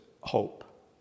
hope